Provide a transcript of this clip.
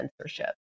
censorship